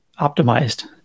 optimized